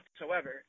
whatsoever